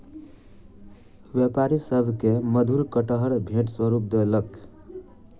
व्यापारी सभ के मधुर कटहर भेंट स्वरूप देलक